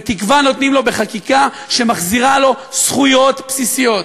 ותקווה נותנים לו בחקיקה שמחזירה לו זכויות בסיסיות,